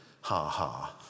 ha-ha